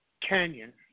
canyon